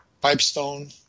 pipestone